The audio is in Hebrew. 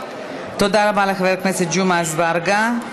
תודה רבה לחבר הכנסת ג'מעה אזברגה.